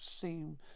seem